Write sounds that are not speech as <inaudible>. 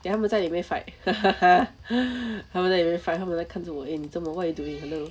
给他们在里面 fight <laughs> 他们在里面 fight 他们在看住我 eh 你做么 what you doing hello